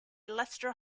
lester